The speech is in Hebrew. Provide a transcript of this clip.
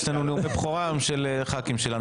יש היום נאומי בכורה של חברי כנסת שלנו.